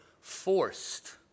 forced